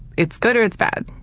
it's good or it's bad.